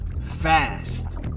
fast